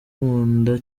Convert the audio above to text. nkunda